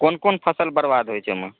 क़ोन क़ोन फसल बरबाद होइ छै ओहिमेऽ